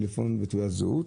טלפון ומספר תעודת זהות".